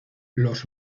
los